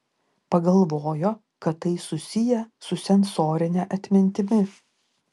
pagalvojo kad tai susiję su sensorine atmintimi